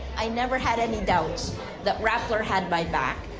i never had any doubt that rappler had my back.